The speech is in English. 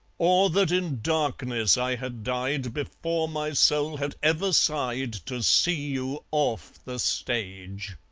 or that in darkness i had died before my soul had ever sighed to see you off the stage!